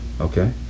Okay